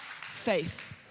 faith